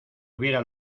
hubiera